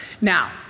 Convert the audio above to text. Now